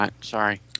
Sorry